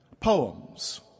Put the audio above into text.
Poems